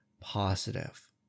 positive